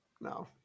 No